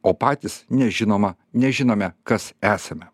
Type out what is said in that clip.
o patys nežinoma nežinome kas esame